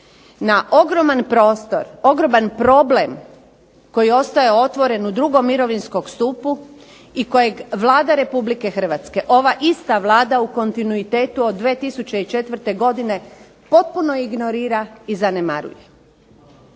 na ogroman prostor, na ogroman problem koji ostaje otvoren u 2. Mirovinskom stupu i kojeg Vlada Republike Hrvatske, ova ista Vlada u kontinuitetu od 2004. godine potpuno ignorira i zanemaruje.